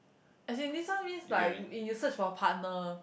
as in this one means like you search for a partner